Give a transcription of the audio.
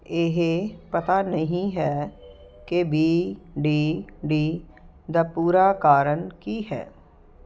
ਇਹ ਪਤਾ ਨਹੀਂ ਹੈ ਕਿ ਬੀ ਡੀ ਡੀ ਦਾ ਪੂਰਾ ਕਾਰਨ ਕੀ ਹੈ